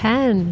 Ten